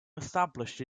established